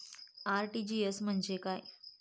RTGS म्हणजे काय?